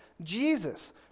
Jesus